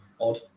odd